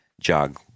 jog